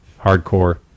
Hardcore